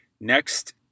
Next